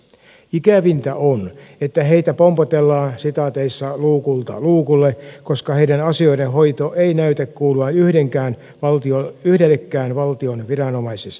ikävintä on että heitä pompotellaan luukulta luukulle koska heidän asioidensa hoito ei näytä kuuluvan yhdellekään valtion viranomaisista